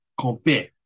compare